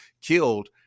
killed